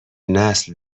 نسل